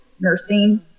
Nursing